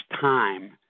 time